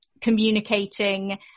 communicating